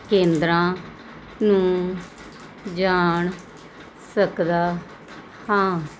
ਕੇਂਦਰਾਂ ਨੂੰ ਜਾਣ ਸਕਦਾ ਹਾਂ